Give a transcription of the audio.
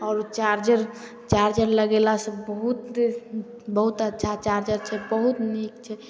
आओर ओ charger charger लगेला से बहुत बहुत अच्छा चार्जर छै बहुत नीक छै